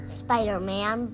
spider-man